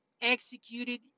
executed